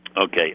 Okay